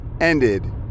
ended